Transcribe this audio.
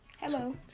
Hello